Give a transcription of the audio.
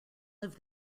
live